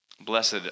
Blessed